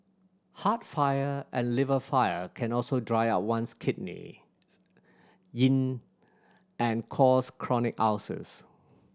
heart fire and liver fire can also dry up one's kidney yin and cause chronic ulcers